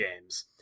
games